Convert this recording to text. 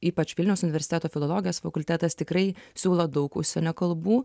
ypač vilniaus universiteto filologijos fakultetas tikrai siūlo daug užsienio kalbų